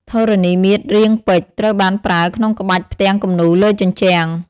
ធរណីមាត្ររាងពេជ្រ ត្រូវបានប្រើក្នុងក្បាច់ផ្ទាំងគំនូរលើជញ្ជាំង។